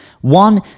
One